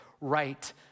right